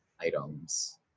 items